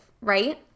right